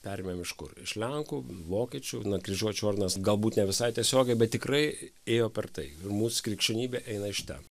perėmėm iš kur iš lenkų vokiečių na kryžiuočių ordinas galbūt ne visai tiesiogiai bet tikrai ėjo per tai ir mūs krikščionybė eina iš ten